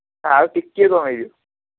ଆଉ ଟିକେ କମାଇ ଦିଅ